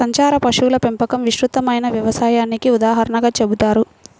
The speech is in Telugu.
సంచార పశువుల పెంపకం విస్తృతమైన వ్యవసాయానికి ఉదాహరణగా చెబుతారు